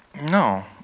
No